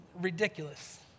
ridiculous